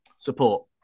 support